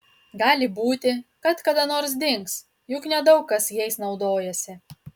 gali būti kad kada nors dings juk nedaug kas jais naudojasi